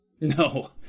no